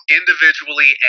individually